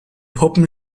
puppen